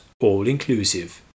all-inclusive